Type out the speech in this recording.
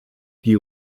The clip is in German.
die